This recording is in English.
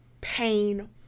pain